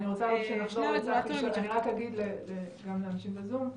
רק אגיד לאנשים בזום,